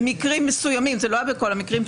במקרים מסוימים, זה לא היה בכל המקרים.